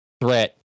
threat